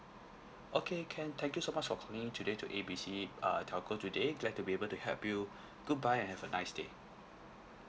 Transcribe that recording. okay can thank you so much for calling in today to A B C uh telco today glad to be able to help you goodbye and have a nice day